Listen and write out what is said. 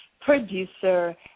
producer